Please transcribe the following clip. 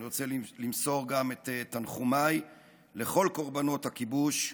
אני רוצה למסור גם את תנחומיי לכל קורבנות הכיבוש,